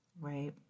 right